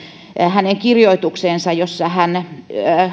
hänen kirjoitukseensa jossa hän